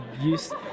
use